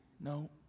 No